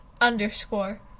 Underscore